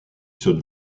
ceux